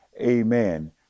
amen